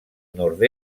nord